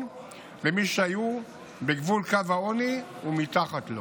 למי שהיו בגבול קו העוני ומתחת לו.